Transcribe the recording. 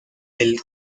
del